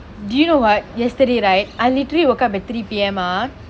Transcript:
do you know what yesterday right I literally woke up at three P_M ah